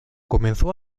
comenzó